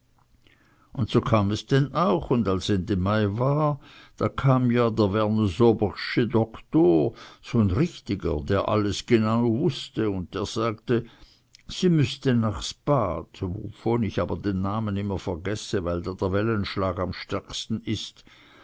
un so kam es denn auch un als ende mai war da kam ja der vernezobresche doktor so'n richtiger der alles janz genau wußte der sagte sie müßte nachs bad wovon ich aber den namen immer vergesse weil da der wellenschlag am stärksten ist